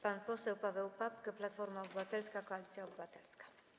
Pan poseł Paweł Papke, Platforma Obywatelska - Koalicja Obywatelska.